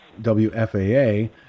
WFAA